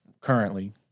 currently